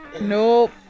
nope